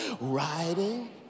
Riding